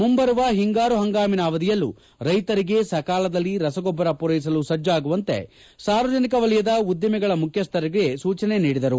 ಮುಂಬರುವ ಹಿಂಗಾರು ಹಂಗಾಮಿನ ಅವಧಿಯಲ್ಲೂ ರೈತರಿಗೆ ಸಕಾಲದಲ್ಲಿ ರಸಗೊಬ್ಲರ ಪೂರೈಸಲು ಸಜ್ಞಾಗುವಂತೆ ಸಾರ್ವಜನಿಕ ವಲಯದ ಉದ್ದಿಮೆಗಳ ಮುಖ್ಯಸ್ಥರುಗಳಿಗೆ ಸೂಚನೆ ನೀಡಿದರು